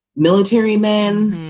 military men,